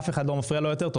אף אחד לא להפריע לו יותר.